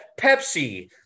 Pepsi